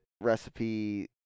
recipe